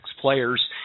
players